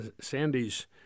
Sandy's